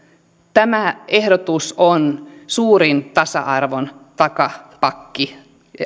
tämä ehdotus on suurin tasa arvon takapakki